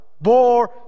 bore